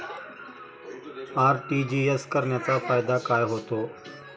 RTGS करण्याचा फायदा काय होतो?